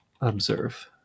observe